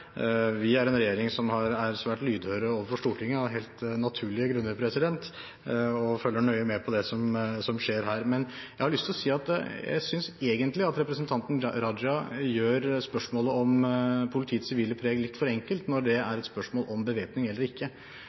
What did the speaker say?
er en regjering som er svært lydhøre overfor Stortinget av helt naturlige grunner, og følger nøye med på det som skjer her. Jeg har lyst til å si at jeg synes egentlig at representanten Raja gjør spørsmålet om politiets sivile preg litt for enkelt når det er et spørsmål om bevæpning eller ikke.